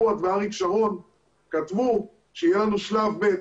פואד ואריק שרון כתבו שיהיה לנו שלב ב',